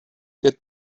that